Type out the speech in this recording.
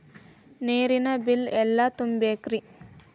ನೇರಿನ ಬಿಲ್ ಎಲ್ಲ ತುಂಬೇಕ್ರಿ?